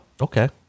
Okay